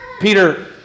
peter